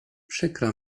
przykro